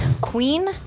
Queen